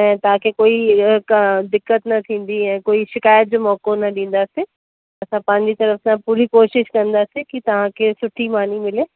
ऐं तव्हांखे कोई का दिक़त न थींदी ऐं कोई शिकायत जो मौक़ो न ॾींदासीं असां पंहिंजी तर्फ़ सां पूरी कोशिशि कंदासीं की तव्हांखे सुठी मानी मिले